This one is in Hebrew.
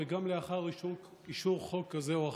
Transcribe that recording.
וגם לאחר אישור חוק כזה או אחר.